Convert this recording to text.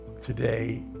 today